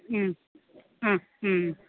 മ്മ് മ്മ് മ്മ്